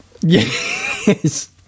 Yes